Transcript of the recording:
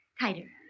Tighter